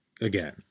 again